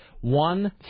one